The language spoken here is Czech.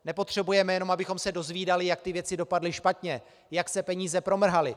Nepotřebujeme jenom, abychom se dozvídali, jak ty věci dopadly špatně, jak se peníze promrhaly.